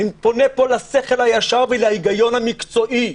אני פונה פה לשכל הישר ולהיגיון המקצועי,